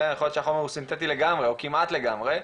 יכול להיות שהחומר הוא סינתטי לגמרי או כמעט לגמרי.